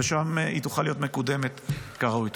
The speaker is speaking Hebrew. ושם היא תוכל להיות מקודמת כראוי.